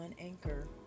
Anchor